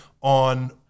on